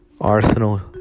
Arsenal